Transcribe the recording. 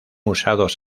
usados